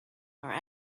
are